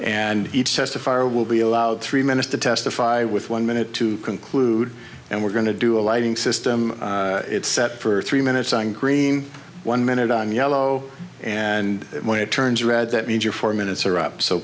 and each testifier will be allowed three minutes to testify with one min to conclude and we're going to do a lighting system it's set for three minutes and green one minute on yellow and when it turns red that means your four minutes are up so